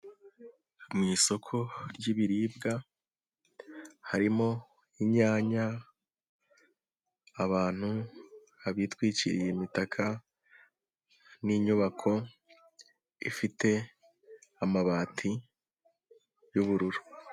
Mu isoko ry'ibiribwa harimo inyanya, abantu bitwikiriye imitakaka n'inyubako ifite amabati y'ubururu.